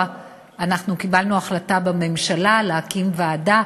אנחנו קיבלנו החלטה בממשלה להקים ועדה